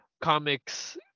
comics